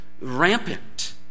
rampant